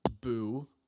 boo